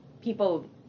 people